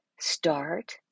Start